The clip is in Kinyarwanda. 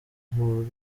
muri